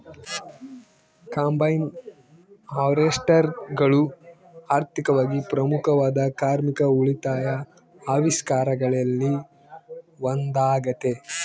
combine ಹಾರ್ವೆಸ್ಟರ್ಗಳು ಆರ್ಥಿಕವಾಗಿ ಪ್ರಮುಖವಾದ ಕಾರ್ಮಿಕ ಉಳಿತಾಯ ಆವಿಷ್ಕಾರಗಳಲ್ಲಿ ಒಂದಾಗತೆ